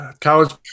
College